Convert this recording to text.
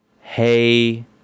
Hey